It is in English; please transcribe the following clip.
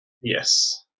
Yes